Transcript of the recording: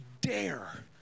dare